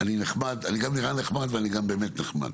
אני נחמד, אני גם נראה נחמד ואני גם באמת נחמד,